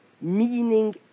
meaning